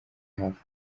hafi